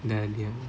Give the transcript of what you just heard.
dah diam